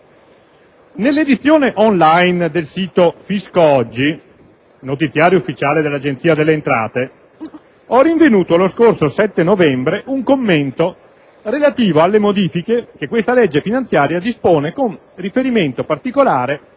Nell'edizione *on-line* del sito «Fisco oggi», notiziario ufficiale dell'Agenzia delle entrate, ho rinvenuto lo scorso 7 novembre un commento relativo alle modifiche che questa legge finanziaria dispone con riferimento particolare